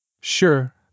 Sure